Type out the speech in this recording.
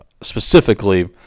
specifically